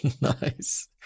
Nice